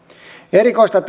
erikoista